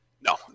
No